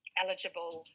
eligible